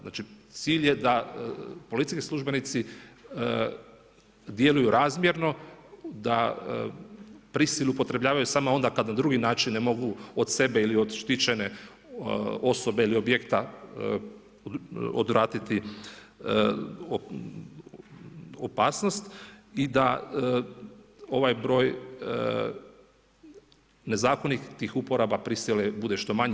Znači, cilj je da policijski službenici djeluju razmjerno, da prisilu upotrebljavaju samo onda kad na drugi način ne mogu od sebe ili od štićene osobe ili objekta odvratiti opasnost i da ovaj broj nezakonitih uporaba prisile bude što manji.